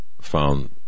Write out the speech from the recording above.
found